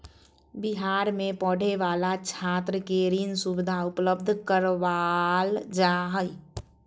बिहार में पढ़े वाला छात्र के ऋण सुविधा उपलब्ध करवाल जा हइ